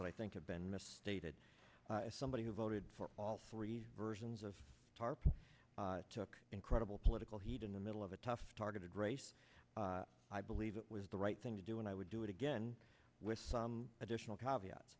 that i think have been misstated as somebody who voted for all three versions of tarp took incredible political heat in the middle of a tough targeted race i believe it was the right thing to do and i would do it again with additional c